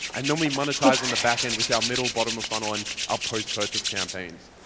and then we monetise on the back end with our middle, bottom of funnel, and our post-purchase campaigns.